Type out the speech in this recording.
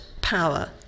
power